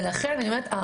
ולכן אני אומרת,